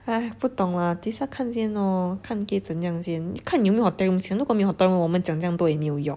!hais! 不懂 ah 等一下看先 lor 看可以怎样先看有没有 hotel room 先如果没有 hotel room 我们讲这样多也没有用